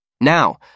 Now